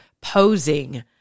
posing